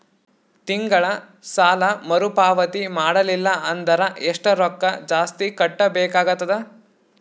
ತಿಂಗಳ ಸಾಲಾ ಮರು ಪಾವತಿ ಮಾಡಲಿಲ್ಲ ಅಂದರ ಎಷ್ಟ ರೊಕ್ಕ ಜಾಸ್ತಿ ಕಟ್ಟಬೇಕಾಗತದ?